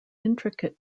intricate